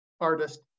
artist